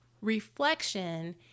Reflection